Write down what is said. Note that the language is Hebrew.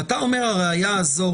ואתה אומר שהראיה הזאת